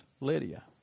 Lydia